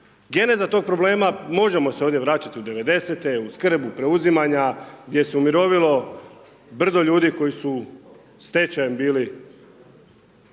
Geneza tog problema, možemo se ovdje vraćati u '90., u skrb, u preuzimanja, gdje se umirovilo brdo ljudi koji su stečajem bili